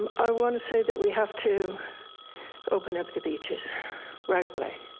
um i wanna say that we have to open up the beaches right away.